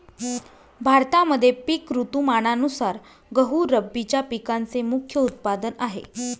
भारतामध्ये पिक ऋतुमानानुसार गहू रब्बीच्या पिकांचे मुख्य उत्पादन आहे